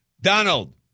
Donald